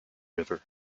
river